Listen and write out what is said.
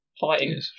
fighting